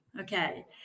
okay